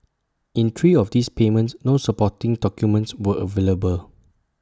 in three of these payments no supporting documents were available